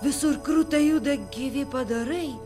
visur kruta juda gyvi padarai